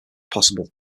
possible